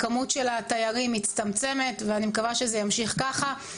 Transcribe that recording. הכמות של התיירים מצטמצמת ואני מקווה שזה ימשיך ככה.